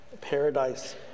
paradise